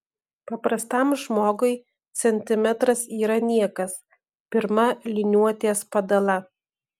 paprastam žmogui centimetras yra niekas pirma liniuotės padala